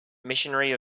missionary